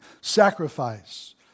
sacrifice